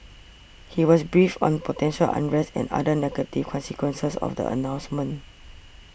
he was briefed on potential unrest and other negative consequences of the announcement